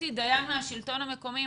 רותי דיין מהשלטון המקומי,